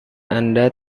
anda